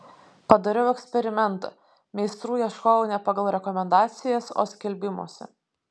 padariau eksperimentą meistrų ieškojau ne pagal rekomendacijas o skelbimuose